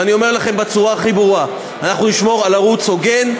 ואני אומר לכם בצורה הכי ברורה: אנחנו נשמור על ערוץ הוגן,